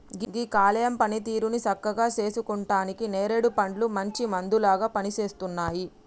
గీ కాలేయం పనితీరుని సక్కగా సేసుకుంటానికి నేరేడు పండ్లు మంచి మందులాగా పనిసేస్తున్నాయి